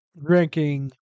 drinking